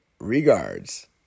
Regards